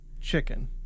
chicken